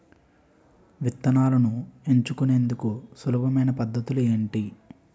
విత్తనాలను ఎంచుకునేందుకు సులభమైన పద్ధతులు ఏంటి?